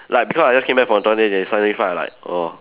like because I just came back from toilet they suddenly fight like err